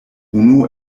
unu